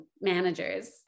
managers